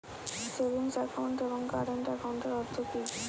Savings account এবং current একাউন্টের অর্থ কি?